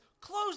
close